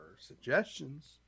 suggestions